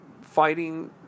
fighting